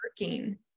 working